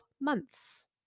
months